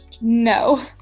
No